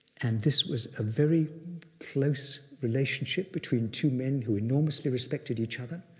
and this was a very close relationship between two men who enormously respected each other.